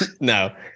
No